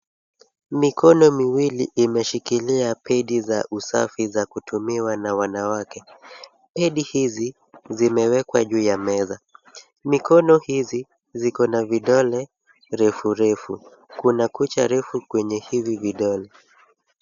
Mikono miwili imeshikilia pedi za usafi za kutumiwa na wanawake. Pedi zimewekwa juu ya meza. Mikono hizi, ziko na vidole refurefu. Kuna kucha refu kwenye hivi vidole.